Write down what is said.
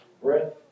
breath